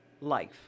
life